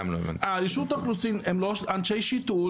רשות האוכלוסין הם לא אנשי שיטור,